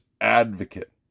advocate